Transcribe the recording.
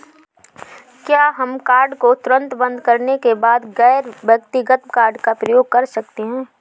क्या हम कार्ड को तुरंत बंद करने के बाद गैर व्यक्तिगत कार्ड का उपयोग कर सकते हैं?